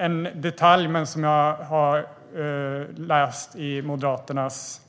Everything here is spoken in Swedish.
En detalj som jag har läst i Moderaternas